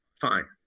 Fine